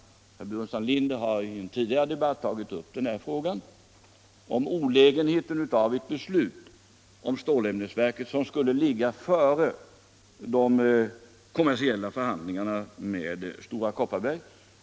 Herr Burenstam Linder har i en tidigare debatt talat om olägenheten av ett beslut beträffande stålämnesverket som skulle ligga före de kommersiella förhandlingarna med Stora Kopparberg.